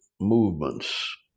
movements